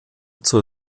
zur